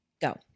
Go